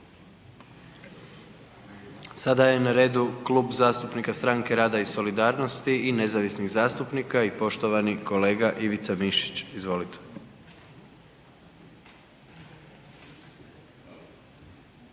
Sada je na redu Klub zastupnika Stranke rada i Solidarnosti i nezavisnih zastupnika i poštovani Ivica Mišić. Izvolite.